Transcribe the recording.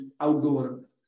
outdoor